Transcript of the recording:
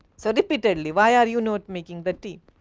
so, repeatedly, why are you not making the tea?